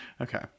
Okay